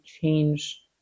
change